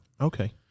okay